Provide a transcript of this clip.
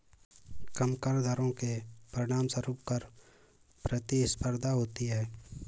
कम कर दरों के परिणामस्वरूप कर प्रतिस्पर्धा होती है